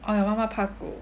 oh 你妈妈怕狗